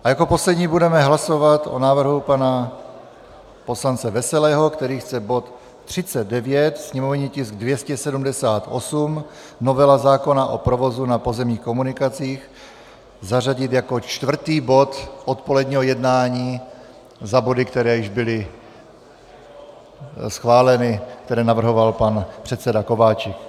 A jako poslední budeme hlasovat o návrhu pana poslance Veselého, který chce bod 39, sněmovní tisk 278, novela zákona o provozu na pozemních komunikacích, zařadit jako čtvrtý bod odpoledního jednání za body, které již byly schváleny, které navrhoval pan předseda Kováčik.